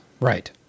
Right